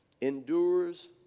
endures